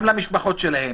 גם למשפחות שלהם,